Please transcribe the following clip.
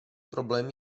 problém